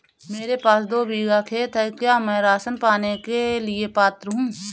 मेरे पास दो बीघा खेत है क्या मैं राशन पाने के लिए पात्र हूँ?